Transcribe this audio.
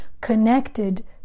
connected